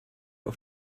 auf